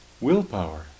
willpower